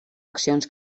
accions